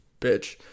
bitch